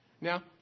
Now